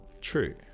True